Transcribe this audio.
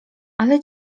ale